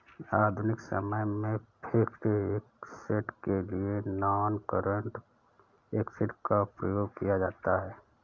आधुनिक समय में फिक्स्ड ऐसेट के लिए नॉनकरेंट एसिड का प्रयोग किया जाता है